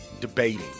debating